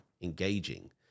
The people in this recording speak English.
engaging